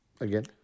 Again